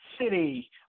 City